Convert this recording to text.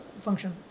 function